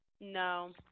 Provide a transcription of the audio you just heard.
no